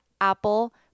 Apple